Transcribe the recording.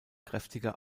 kräftiger